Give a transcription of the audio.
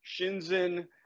Shenzhen